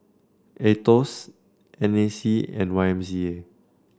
Aetos N A C and Y M C A